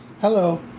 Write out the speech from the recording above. Hello